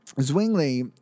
Zwingli